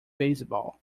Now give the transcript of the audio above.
baseball